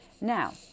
Now